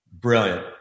Brilliant